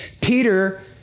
Peter